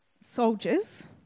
soldiers